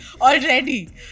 already